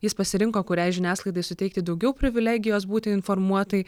jis pasirinko kuriai žiniasklaidai suteikti daugiau privilegijos būti informuotai